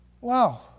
Wow